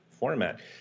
format